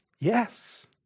Yes